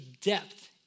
depth